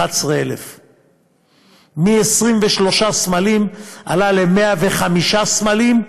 11,000. מ-23 סמלים זה עלה ל-105 סמלים,